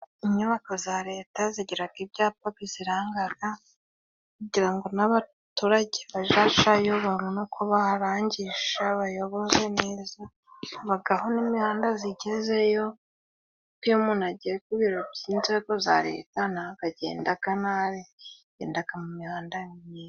Inyubako za leta zigiraga ibyapa bizirangaga kugira ngo n'abaturage bajajayo babone uko baharangisha bayoboze neza, habagaho n'imihanda zigezeyo kuko iyo umuntu agiye ku biro by'inzego za leta ntago agendaga nabi agendaga mu mihanda myiza.